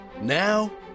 Now